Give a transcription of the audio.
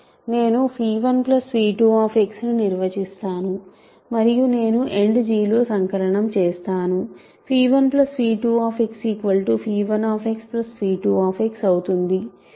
నేను 12 ని నిర్వచిస్తాను మరియు నేను End లో సంకలనం చేస్తాను 12 1 2 అవుతుంది